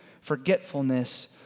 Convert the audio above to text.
Forgetfulness